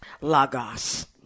Lagos